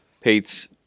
Pate's